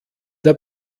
der